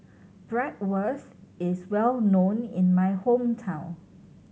bratwurst is well known in my hometown